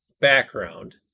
background